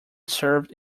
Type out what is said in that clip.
served